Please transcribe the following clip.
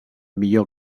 millor